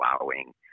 allowing